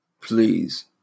Please